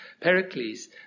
Pericles